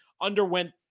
underwent